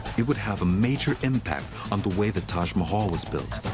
it would have a major impact on the way the taj mahal was built.